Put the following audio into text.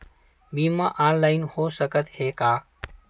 बीमा ऑनलाइन हो सकत हे का?